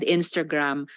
Instagram